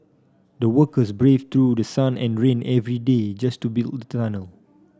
the workers braved through the sun and rain every day just to build the tunnel